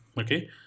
okay